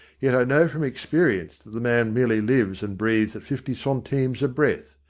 yet i know from experience that the man merely lives and breathes at fifty centimes a breath.